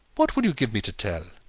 what will you give me to tell?